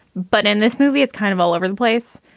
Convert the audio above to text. but in this movie, it's kind of all over the place.